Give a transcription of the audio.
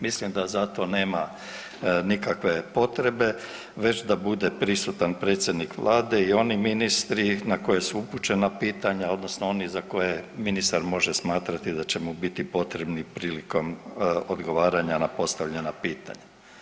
Mislim da za to nema nikakve potrebe već da bude prisutan predsjednik Vlade i oni ministri na koje su upućena pitanja odnosno oni za koje ministar može smatrati da će mu biti potrebni prilikom odgovaranja na postavljena pitanja.